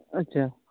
ᱟᱪᱪᱷᱟ